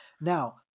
now